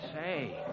Say